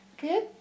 Good